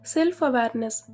Self-awareness